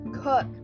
Cook